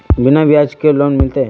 बिना ब्याज के लोन मिलते?